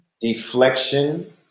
deflection